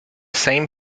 same